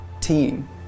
Team